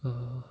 err